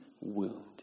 wound